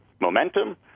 momentum